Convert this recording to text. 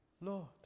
Lord